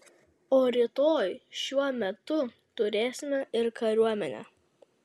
o rytoj šiuo metu turėsime ir kariuomenę